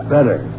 Better